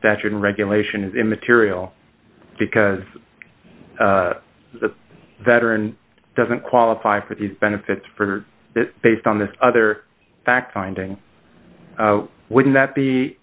statute and regulation is immaterial because veteran doesn't qualify for these benefits for based on this other fact finding wouldn't that be